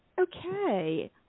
Okay